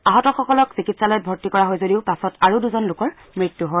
আহতসকলক চিকিৎসালয়ত ভৰ্তি কৰা হয় যদিও পাছত আৰু দুজন লোকৰ মৃত্যু হয়